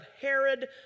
Herod